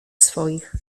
swoich